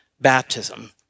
baptism